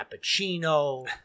Cappuccino